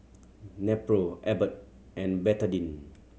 Nepro Abbott and Betadine